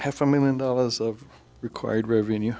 half a million dollars of required revenue